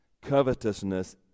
Covetousness